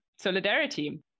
solidarity